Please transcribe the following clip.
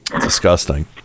Disgusting